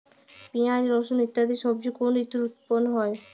পিঁয়াজ রসুন ইত্যাদি সবজি কোন ঋতুতে উৎপন্ন হয়?